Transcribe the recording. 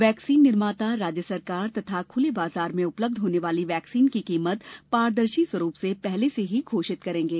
vaccine निर्माता राज्य सरकार तथा खुले बाजार में उपलब्ध होने वाली वैक्सीन की कीमत पारदर्शी रूप से पहले से ही घोषित करेंगे